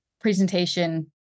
presentation